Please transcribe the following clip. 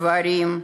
גברים,